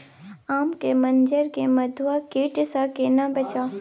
आम के मंजर के मधुआ कीट स केना बचाऊ?